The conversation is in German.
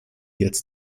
jetzt